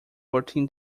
fourteen